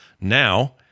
Now